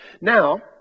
Now